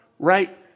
right